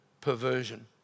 Perversion